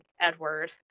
Edward